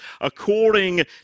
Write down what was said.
according